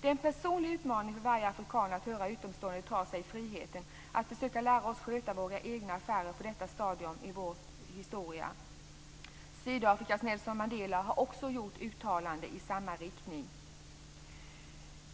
Det är en personlig utmaning för varje afrikan att höra utomstående ta sig friheten att försöka lära oss sköta våra egna affärer på detta stadium i vår historia. Sydafrikas Nelson Mandela har också gjort ett uttalande i samma riktning.